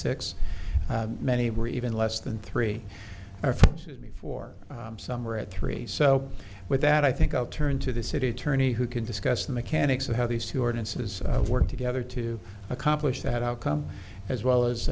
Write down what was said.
six many were even less than three or four before summer at three so with that i think i'll turn to the city attorney who can discuss the mechanics of how these two ordinances work together to accomplish that outcome as well as